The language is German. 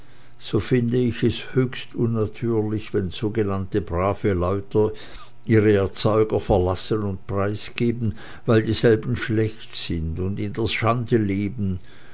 so finde ich es höchst unnatürlich wenn sogenannte brave leute ihre erzeuger verlassen und preisgeben weil dieselben schlecht sind und in der schande leben